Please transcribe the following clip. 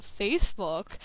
Facebook